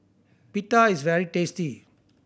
pita is very tasty